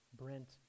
Brent